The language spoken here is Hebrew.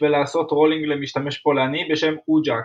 בשביל לעשות "טרולינג" למשתמש פולני בשם "Wojak"